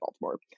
Baltimore